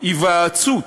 מקיימת היוועצות